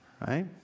Right